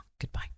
Goodbye